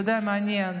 אתה יודע, מעניין.